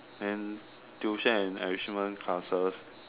then tuition and enrichment classes